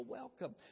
welcome